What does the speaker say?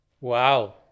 Wow